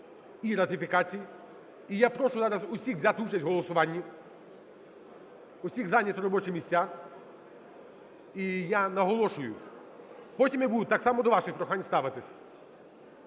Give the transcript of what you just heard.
і ратифікацій. І я прошу зараз всіх взяти участь в голосуванні, усіх зайняти робочі місця. І я наголошую… Потім я буду так само до ваших прохань ставитись.